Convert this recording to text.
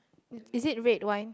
is it red one